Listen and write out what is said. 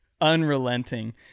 Unrelenting